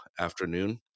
afternoon